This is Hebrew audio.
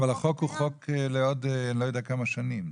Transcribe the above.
אבל החוק הוא חוק לעוד לא יודע כמה שנים.